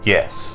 Yes